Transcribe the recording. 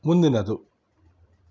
ಮುಂದಿನದು